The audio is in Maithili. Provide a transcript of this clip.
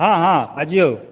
हँ हँ बजियो